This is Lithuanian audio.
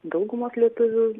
daugumos lietuvių